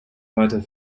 weiter